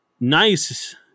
Nice